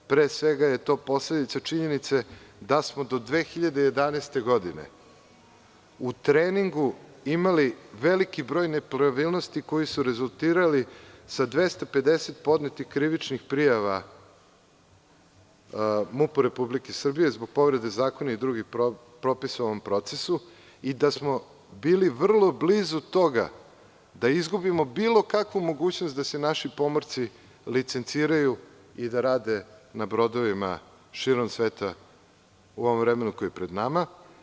Pre svega, to je posledica činjenice da smo do 2011. godine u treningu imali veliki broj nepravilnosti koji su rezultirali sa 250 podnetih krivičnih prijava MUP-u Republike Srbije zbog povrede zakona i drugih propisa u ovom procesu i da smo bili vrlo blizu toga da izgubimo bilo kakvu mogućnost da se naši pomorci licenciraju i da rade na brodovima širom sveta u ovom vremenu koje je pred nama.